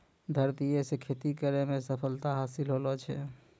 धरतीये से खेती करै मे सफलता हासिल होलो छै